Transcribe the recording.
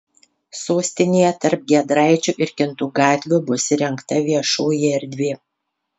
sostinėje tarp giedraičių ir kintų gatvių bus įrengta viešoji erdvė